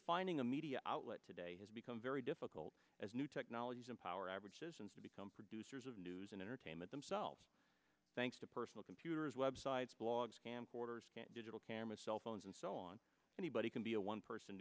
fining a media outlet today has become very difficult as new technologies empower average citizens to become producers of news in entertainment themselves thanks to personal computers websites blogs camcorders digital cameras cell phones and so on anybody can be a one person